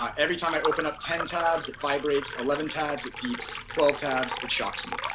ah every time i open up ten tabs it vibrates, eleven tabs it beeps twelve tabs it shocks me.